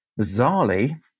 bizarrely